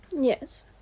Yes